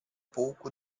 pouco